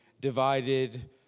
divided